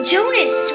Jonas